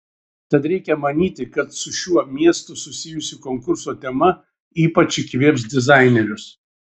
tad reikia manyti kad su šiuo miestu susijusi konkurso tema ypač įkvėps dizainerius